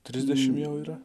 trisdešim jau yra